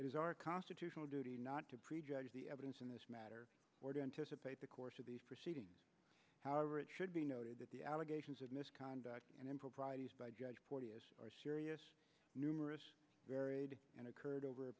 is our constitutional duty not to prejudge the evidence in this matter or to anticipate the course of these proceedings however it should be noted that the allegations of misconduct and improprieties by judge porteous are serious numerous varied and occurred over a